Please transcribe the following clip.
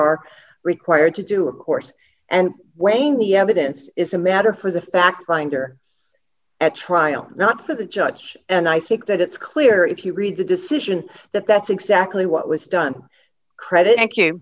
are required to do of course and weighing the evidence is a matter for the fact finder at trial not to the judge and i think that it's clear if you read the decision that that's exactly what was done credit and q